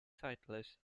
cyclists